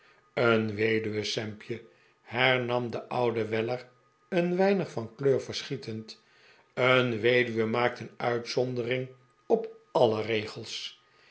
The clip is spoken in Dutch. een weduwe sampje hernam de oude weller een weinig van kleur verschietend een weduwe maakt een uitzondering op alle regels